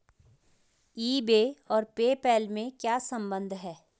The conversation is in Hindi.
ई बे और पे पैल में क्या संबंध है?